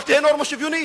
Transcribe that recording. אבל תהיה נורמה שוויונית.